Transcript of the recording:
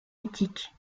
éthique